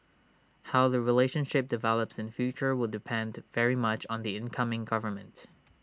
how the relationship develops in future will depend very much on the incoming government